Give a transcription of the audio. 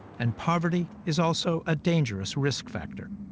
and poverty is also a dangerous risk factor.